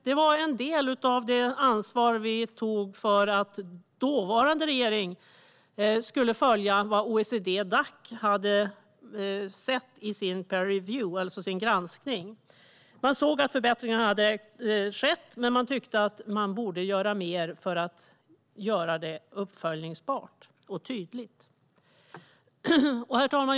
Det var en del av det ansvar vi tog för att dåvarande regering skulle följa vad OECD-Dac hade sett i sin granskning. Man såg att förbättringar hade skett men tyckte att vi borde göra mer för att göra det uppföljbart och tydligt. Herr talman!